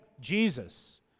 Jesus